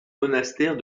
monastère